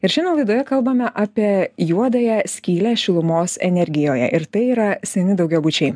ir šiandien laidoje kalbame apie juodąją skylę šilumos energijoje ir tai yra seni daugiabučiai